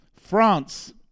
France